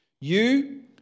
You